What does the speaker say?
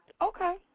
Okay